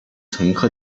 乘客